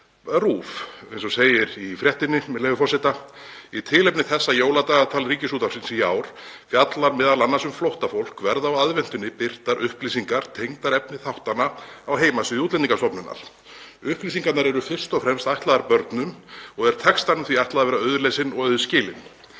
RÚV, eins og segir í fréttinni, með leyfi forseta: „Í tilefni þess að jóladagatal RÚV í ár fjallar meðal annars um flóttafólk verða á aðventunni birtar upplýsingar tengdar efni þáttanna á heimasíðu Útlendingastofnunar. Upplýsingarnar eru fyrst og fremst ætlaðar börnum og er textanum því ætlað að vera auðlesinn og auðskilinn.“